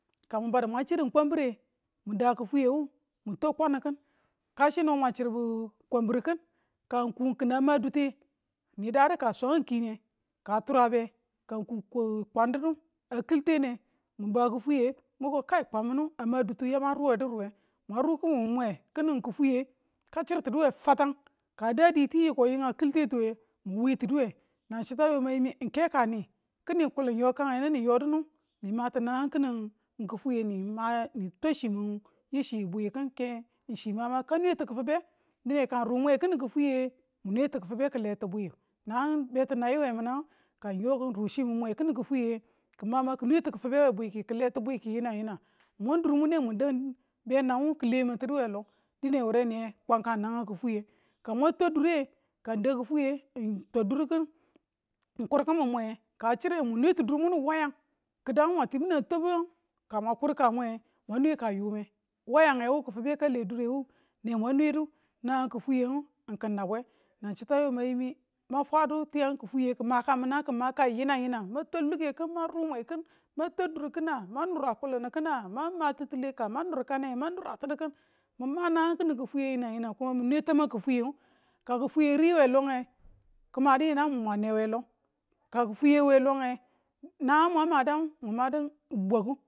ka mwan badu mwang chrin kwamare mun daa kifwiye wu mu tau kwai ki, kasi o mwa chibu kwamaru ki ka kia ma dute ni dadu ka swaangi kie ka turau be ka n ku kwa didu a kiltene mun baa kfwiye muko kai kwan minu a dutu yamang ruwe du ruwe mwang ru kimin mwe kini kifwiye ka chirtinuwe fatan ka da diti yekoa kilte tuwe ng mu we tinuwe ng che tu a dine kalte tiwa yo kin wei longe kin nonge kudu nabiwin kalte tuwe mu we tunu we nan chitu mayiko ng nwe ka nii kinu kulin yokan ni yo dinu ni ma ti nangang kini kifweye ni ma kin. Mwan twa chimin kini bwi kin ng chi ma ka nwe ti kifibe dine ka ng ru mwe ng kini kifweye ng mun mwe ti kifube kile mine bwi nang betinayi weminang ka ng yoru chi min kifweye kin ma ki nwe ti kifibe we bwikiyu in yinang yinang mun durmune num dan be nang wu ki le mintinu we lo dine wuri niye kwan ka nangang kifwiye ka mwan twa duru ng ka ng da kifwiye ng twudur kin ke nab kunne ka mang wabu kine kun ane yait yam ka mwang twabu kine n kin ane yanti yam ka n yo chite kangu labyu labiyu ka banani kwau ni we lo niyu ti dada kangu n kwama a makaki ki fau nangi daan daan mim ne mwan nwedu i sing ka sii kitete ki mwe timu ka kifwiye ri ka labe kunwe timu yinang timu keeru ki chirmineda lo ka kifwiye we longe nangangu mun madangu mun madu bwaku